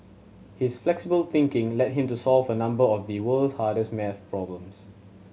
his flexible thinking led him to solve a number of the world's hardest maths problems